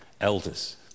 elders